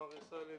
מר ישראל דנציגר,